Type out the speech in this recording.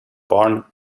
barn